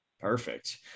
Perfect